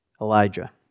Elijah